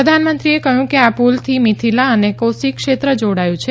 પ્રધાનમંત્રીએ કહ્યું કે આ પુલથી મીથીલા અને કોસી ક્ષેત્ર જોડાયું છે